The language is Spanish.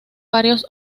varios